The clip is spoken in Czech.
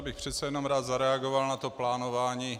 Já bych přece jenom rád zareagoval na to plánování.